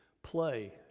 play